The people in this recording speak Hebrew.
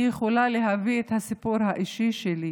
אני יכולה להביא את הסיפור האישי שלי,